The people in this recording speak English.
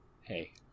hey